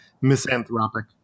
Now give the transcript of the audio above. misanthropic